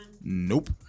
Nope